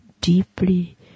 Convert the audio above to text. deeply